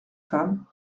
femme